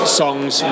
songs